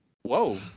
Whoa